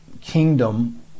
kingdom